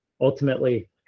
ultimately